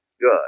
Good